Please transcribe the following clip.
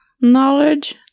knowledge